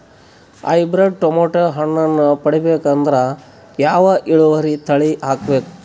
Hybrid tomato ಹಣ್ಣನ್ನ ಪಡಿಬೇಕಂದರ ಯಾವ ಇಳುವರಿ ತಳಿ ಹಾಕಬೇಕು?